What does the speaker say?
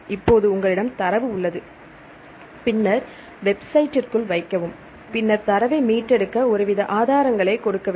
இப்போது உங்களிடம் தரவு உள்ளது பின்னர் வெப்சைட்ட்டிற்குள் வைக்கவும் பின்னர் தரவை மீட்டெடுக்க ஒருவித ஆதாரங்களை கொடுக்க வேண்டும்